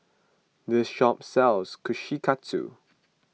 this shop sells Kushikatsu